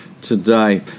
Today